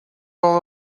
all